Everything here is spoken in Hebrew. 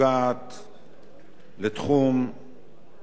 לתחום חשוב מאוד